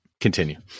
continue